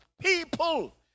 people